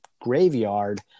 graveyard